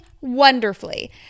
wonderfully